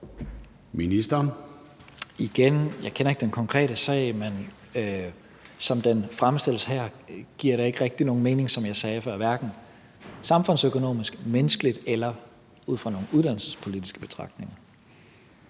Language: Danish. vil jeg sige: Jeg kender ikke den konkrete sag. Men som den fremstilles her, giver det ikke rigtig nogen mening, som jeg sagde før, hverken samfundsøkonomisk, menneskeligt eller ud fra uddannelsespolitiske betragtninger.